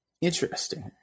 Interesting